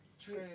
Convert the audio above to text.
True